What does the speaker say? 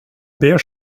beige